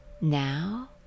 Now